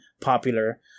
popular